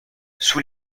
sous